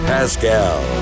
Pascal